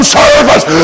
servants